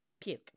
puke